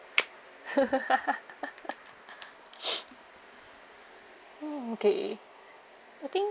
okay I think